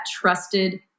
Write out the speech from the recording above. trusted